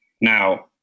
Now